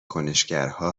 کنشگرها